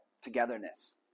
togetherness